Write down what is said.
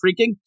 freaking